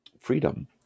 freedom